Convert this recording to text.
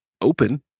open